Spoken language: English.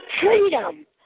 Freedom